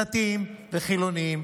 דתיים וחילונים,